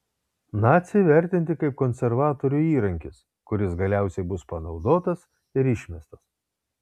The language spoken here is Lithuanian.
naciai vertinti kaip konservatorių įrankis kuris galiausiai bus panaudotas ir išmestas